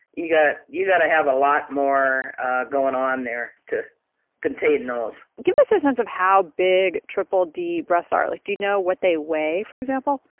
you got you got to have a lot more going on there to contain those give us a sense of how big triple d breasts are. like, do you know what they weigh, for example?